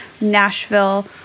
Nashville